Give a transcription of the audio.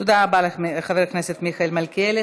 תודה רבה לחבר הכנסת מיכאל מלכיאלי.